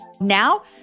Now